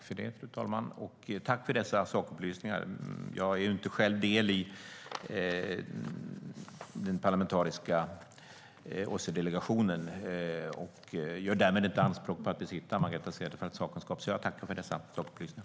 Fru talman! Jag är inte själv del i den parlamentariska OSSE-delegationen och gör därmed inte anspråk på att besitta Margareta Cederfelts sakkunskap. Jag tackar för dessa sakupplysningar.